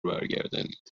برگردانید